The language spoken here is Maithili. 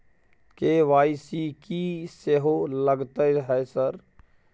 के.वाई.सी की सेहो लगतै है सर?